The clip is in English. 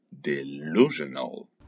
delusional